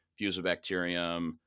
Fusobacterium